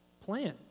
plan